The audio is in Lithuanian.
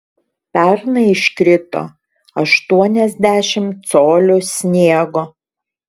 pernai iškrito aštuoniasdešimt colių sniego